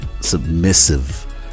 submissive